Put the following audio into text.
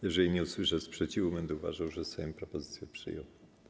Jeżeli nie usłyszę sprzeciwu, będę uważał, że Sejm propozycję przyjął.